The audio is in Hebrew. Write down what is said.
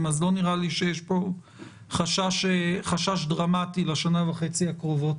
אז לא נראה לי שיש פה חשש דרמטי לשנה וחצי הקרובות.